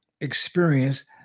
experience